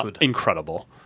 incredible